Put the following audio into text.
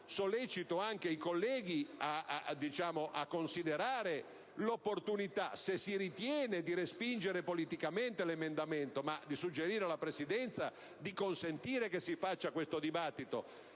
Sollecito pertanto i colleghi a considerare l'opportunità, se si ritiene, di respingere politicamente l'emendamento, ma di suggerire alla Presidenza di consentire lo svolgimento di un dibattito